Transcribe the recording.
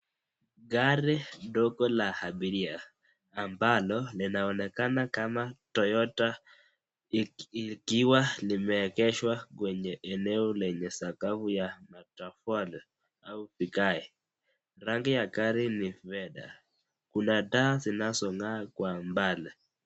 Gari dogo la abiria ,ambalo linaonekana kama ,Toyota ikiwa limeengeshwa kwenye eneo lenye sakafu ya chakwale au migae. Rangi ya gari ni reda kuna taa zinazo ngaa kwa mbali.